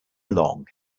long